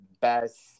best